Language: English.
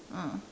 ah